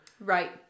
Right